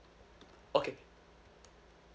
okay